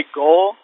goal